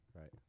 Right